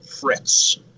Fritz